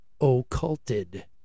occulted